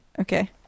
Okay